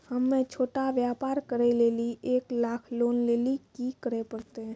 हम्मय छोटा व्यापार करे लेली एक लाख लोन लेली की करे परतै?